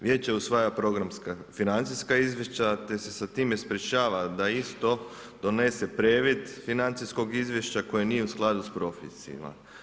Vijeće usvaja programska financijska izvješća te se sa time sprječava da isto donese previd financijskog izvješća koje nije u skladu sa propisima.